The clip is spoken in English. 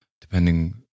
depending